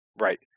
right